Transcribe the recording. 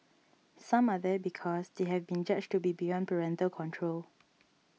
some are there because they have been judged to be beyond parental control